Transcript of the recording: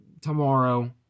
tomorrow